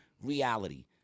reality